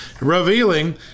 revealing